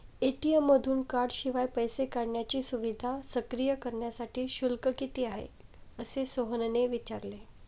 ATM मधून कार्डशिवाय पैसे काढण्याची सुविधा सक्रिय करण्यासाठी शुल्क किती आहे, असे सोहनने विचारले